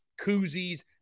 koozies